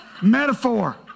Metaphor